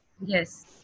Yes